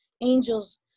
angels